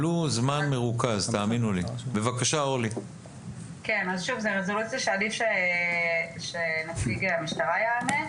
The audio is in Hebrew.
אז שוב זו רזולוציה שעדיף שנציג המשטרה יענה.